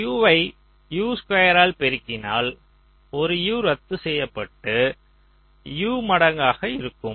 U வை U2 ஆல் பெருக்கினால் ஒரு U ரத்துசெய்யப்பட்டு U மடங்காக இருக்கும்